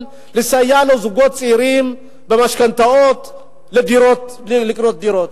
לסייע לזוגות צעירים במשכנתאות כדי לקנות דירות.